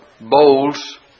bowls